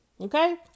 okay